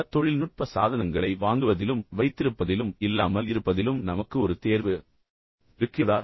சில தொழில்நுட்ப சாதனங்களை வாங்குவதிலும் வைத்திருப்பதிலும் இல்லாமல் இருப்பதிலும் நமக்கு உண்மையில் ஒரு தேர்வு இருக்கிறதா